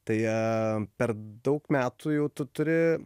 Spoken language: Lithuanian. tai per daug metų jau tu turi